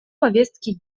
повестки